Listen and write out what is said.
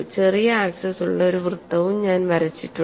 ചെറിയ ആക്സിസ് ഉള്ള ഒരു വൃത്തവും ഞാൻ വരച്ചിട്ടുണ്ട്